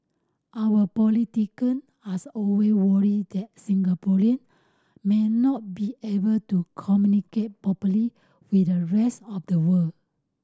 our politician as always worried that Singaporean may not be able to communicate properly with the rest of the world